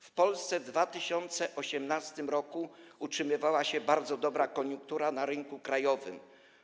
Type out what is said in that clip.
W Polsce w 2018 r. utrzymywała się bardzo dobra koniunktura na rynku krajowym.